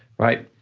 right?